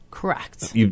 Correct